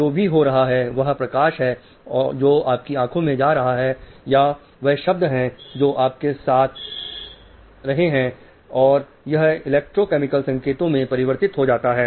जो भी हो रहा है यह वह प्रकाश है जो आपकी आंखों में जा रहा है या वह शब्द है जो आपके साथ रहे हैं और यह इलेक्ट्रोकेमिकल संकेतों में परिवर्तित हो जाता है